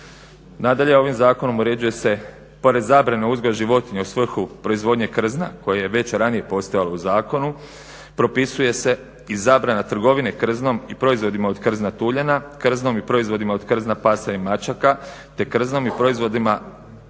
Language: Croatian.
Nadalje ovim zakonom uređuje se pored zabrane o uzgoju životinja u svrhu proizvodnje krzna koji je već ranije postojalo u zakonu propisuje se i zabrana trgovine krznom i proizvodima od krzna tuljana, krznom i proizvodima od krzna pasa i mačaka, te krznom i proizvodima od